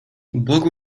bogu